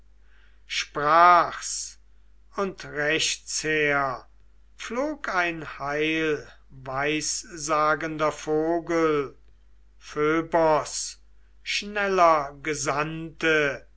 sprach's und rechtsher flog ein heilweissagender vogel phöbos schneller gesandte